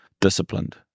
disciplined